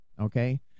Okay